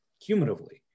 cumulatively